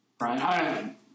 Right